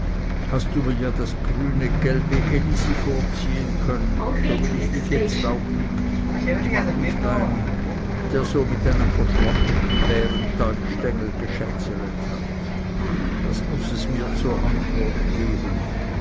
hast du mir ja das grüne gelbe elisi vorziehen können so will ich dich jetzt auch nicht ich mag nicht einen der so mit einem verschlampeten bärentalpenstengel geschätzelet hat das muß es mir zur antwort geben